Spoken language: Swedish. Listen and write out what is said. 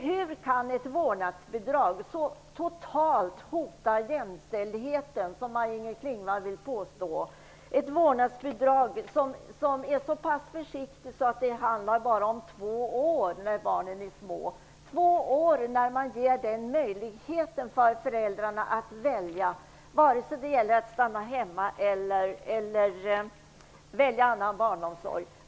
Hur kan ett vårdnadsbidrag så totalt hota jämställdheten? som Maj-Inger Klingvall vill påstå. Vårdnadsbidraget är så pass försiktigt att det bara gäller under två år när barnen är små. Under två år får föräldrarna möjlighet att t.ex. välja att stanna hemma eller att använda någon annan form av barnomsorg.